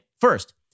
First